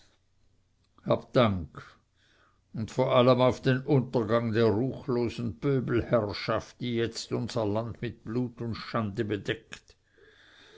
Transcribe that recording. dank und vor allem auf den untergang der ruchlosen pöbelherrschaft die jetzt unser land mit blut und schande bedeckt